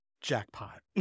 jackpot